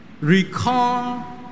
recall